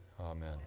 Amen